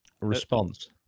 response